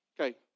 Okay